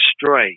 destroy